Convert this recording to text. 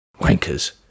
Wankers